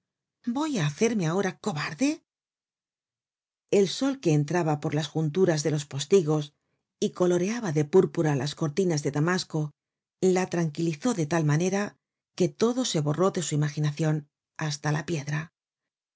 voy á hacerme ahora cobarde el sol que entraba por las junturas de los postigos y coloreaba de púrpura las cortinas de damasco la tranquilizó de tal manera que todo se borró de su imaginacion hasta la piedra